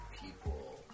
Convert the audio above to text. people